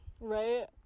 right